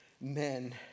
men